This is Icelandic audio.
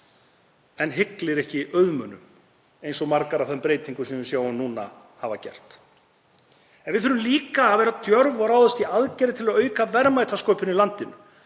en hyglir ekki auðmönnum eins og margar af þeim breytingum sem við sjáum núna hafa gert. Við þurfum líka að vera djörf og ráðast í aðgerðir til að auka verðmætasköpun í landinu,